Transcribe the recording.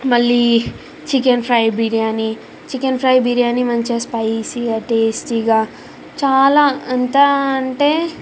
మళ్ళీ chicken fry biryani chicken fry biryani మంచిగా స్పైసీగా టేస్టీగా చాలా ఎంతా అంటే